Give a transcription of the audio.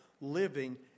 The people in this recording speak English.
living